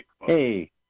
Hey